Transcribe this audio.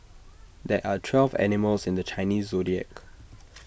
there are twelve animals in the Chinese Zodiac